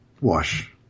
wash